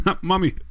mommy